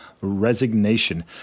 Resignation